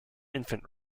infant